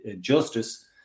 justice